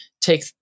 Take